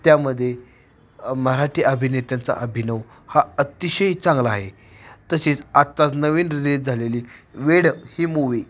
त्यामध्ये मराठी अभिनेत्यांचा अभिनव हा अतिशय चांगला आहे तसेच आत्ताच नवीन रिलीज झालेली वेड ही मूवी